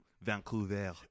Vancouver